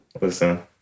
Listen